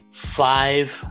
five